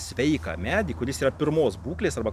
sveiką medį kuris yra pirmos būklės arba